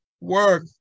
work